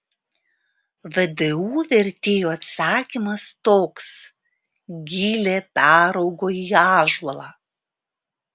vdu vertėjo atsakymas toks gilė peraugo į ąžuolą